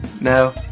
No